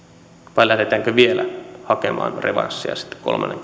vai lähdetäänkö vielä hakemaan revanssia sitten kolmannen